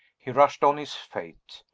he rushed on his fate.